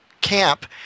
camp